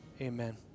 Amen